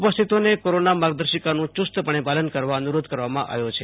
ઉપસ્થિતોને corona માર્ગદર્શિકાનું યુસ્તપણે પાલન કરવા અનુરોધ કરવામાં આવ્યો છે